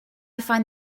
find